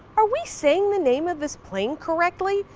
are we saying the name of this plane correctly?